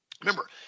Remember